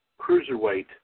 cruiserweight